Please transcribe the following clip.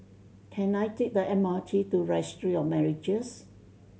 can I take the M R T to Registry of Marriages